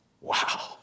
Wow